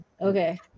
Okay